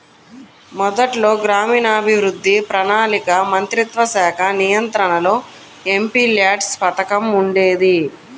మొదట్లో గ్రామీణాభివృద్ధి, ప్రణాళికా మంత్రిత్వశాఖ నియంత్రణలో ఎంపీల్యాడ్స్ పథకం ఉండేది